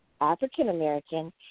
African-American